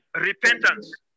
Repentance